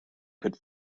could